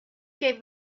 gave